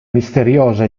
misteriosa